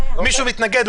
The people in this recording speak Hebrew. מישהו מתנגד?